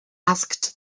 asked